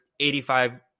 85